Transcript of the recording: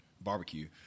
barbecue